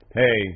hey